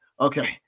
okay